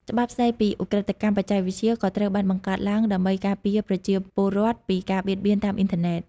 ច្បាប់ស្ដីពីឧក្រិដ្ឋកម្មបច្ចេកវិទ្យាក៏ត្រូវបានបង្កើតឡើងដើម្បីការពារប្រជាពលរដ្ឋពីការបៀតបៀនតាមអ៊ីនធឺណិត។